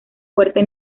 fuerte